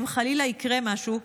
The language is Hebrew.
אם חלילה יקרה משהו,